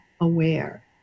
aware